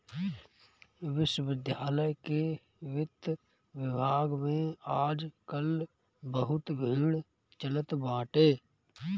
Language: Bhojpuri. विश्वविद्यालय के वित्त विभाग में आज काल बहुते भीड़ चलत बाटे